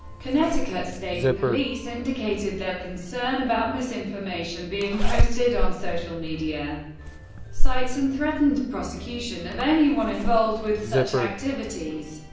connecticut state police indicated their concern about misinformation being posted on social media sites and threatened prosecution of anyone involved with such activities.